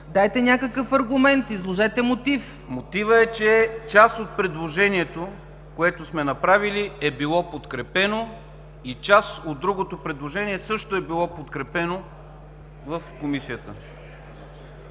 Дайте някакъв аргумент, изложете мотив! ДИМИТЪР БАЙРАКТАРОВ: Мотивът е, че част от предложението, което сме направили, е било подкрепено и част от другото предложение също е било подкрепено в Комисията.